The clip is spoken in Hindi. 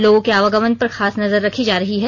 लोगों के आवागमन पर खास नजर रखी जा रही है